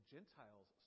Gentiles